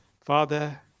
Father